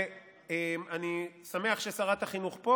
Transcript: ואני שמח ששרת החינוך פה.